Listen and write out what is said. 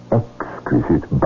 exquisite